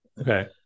Okay